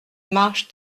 marchent